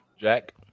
Jack